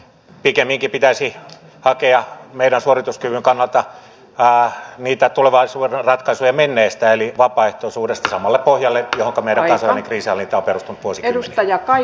pikemminkin pitäisi hakea meidän suorituskykymme kannalta niitä tulevaisuuden ratkaisuja menneestä eli vapaaehtoisuudesta samalle pohjalle johonka meidän kansainvälinen kriisinhallinta on perustunut vuosikymmeniä